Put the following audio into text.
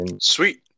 Sweet